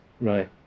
Right